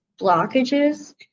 blockages